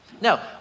No